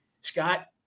Scott